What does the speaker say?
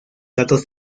datos